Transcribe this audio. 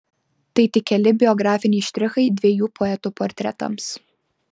tai tik keli biografiniai štrichai dviejų poetų portretams